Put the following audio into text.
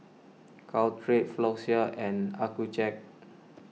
Caltrate Floxia and Accucheck